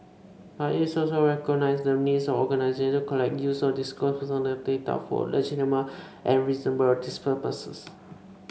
but it also recognises the needs of organisation to collect use or disclose personal data for legitimate and reasonable purposes